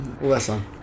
Listen